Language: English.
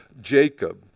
Jacob